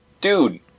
dude